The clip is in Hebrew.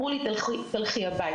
אמרו לי: תלכי הביתה.